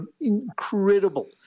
incredible